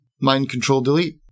Mind-Control-Delete